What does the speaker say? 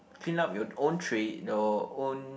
clean up your own tray your own